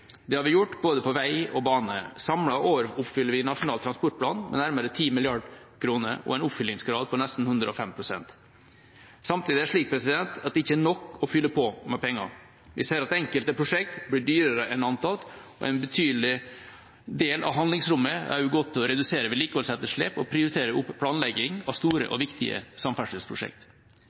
Det har vi gjort på både vei og jernbane. Samlet overoppfyller vi NTP med nærmere 10 mrd. kr og en oppfyllingsgrad på nesten 105 pst. Samtidig er det slik at det ikke er nok å fylle på med penger. Vi ser at enkelte prosjekter blir dyrere enn antatt, og en betydelig del av handlingsrommet har også gått til å redusere vedlikeholdsetterslepet og prioritere opp planlegging av store og viktige